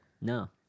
No